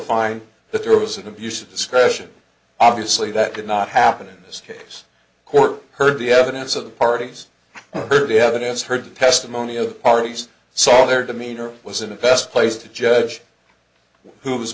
find that there was an abuse of discretion obviously that did not happen in this court heard the evidence of the parties heard the evidence heard testimony of parties saw their demeanor was in the best place to judge who was